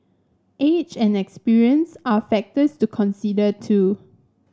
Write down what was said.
age and experience are factors to consider too